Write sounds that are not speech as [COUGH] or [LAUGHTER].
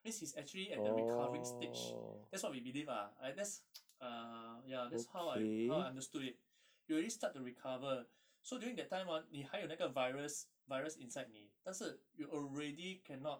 means it's actually at the recovering stage that's what we believe ah I that's [NOISE] a ya that's uh ya that's how I how I understood it [BREATH] you already start to recover so during that time ah 你还有那个 virus virus inside 你但是 you already cannot